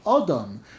Adam